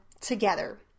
together